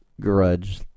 grudge